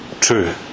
true